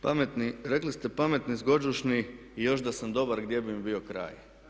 Pametni, rekli ste pametni, zgođušni i još da sam dobar gdje bi mi bio kraj.